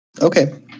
Okay